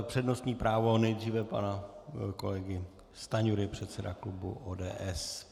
Přednostní právo nejdříve pana kolegy Stanjury, předsedy klubu ODS.